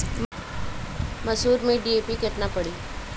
मसूर में डी.ए.पी केतना पड़ी?